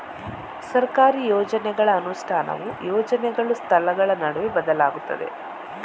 ಸರ್ಕಾರಿ ಯೋಜನೆಗಳ ಅನುಷ್ಠಾನವು ಯೋಜನೆಗಳು, ಸ್ಥಳಗಳ ನಡುವೆ ಬದಲಾಗುತ್ತದೆ